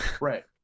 Right